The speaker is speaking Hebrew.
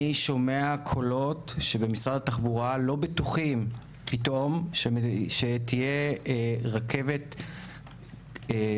אני שומע קולות שבמשרד התחבורה פתאום לא בטוחים שתהיה רכבת קלה,